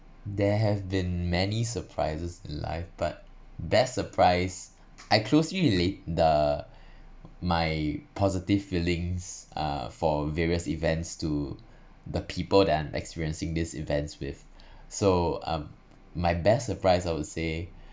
there have been many surprises in life but best surprise I closely relate the my positive feelings uh for various events to the people that I'm experiencing these events with so um my best surprise I would say